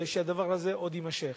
והדבר הזה עוד יימשך.